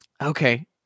okay